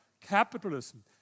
capitalism